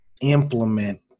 implement